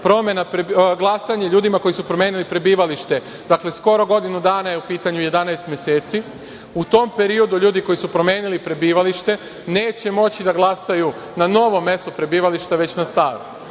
ograničiti glasanje ljudima koji su promenili prebivalište skoro godinu dana je u pitanju, 11 meseci.U tom periodu ljudi koji su promenili prebivalište neće moći da glasaju na novom mestu prebivališta, već na starom.